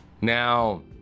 Now